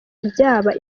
byaba